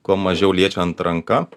kuo mažiau liečiant ranka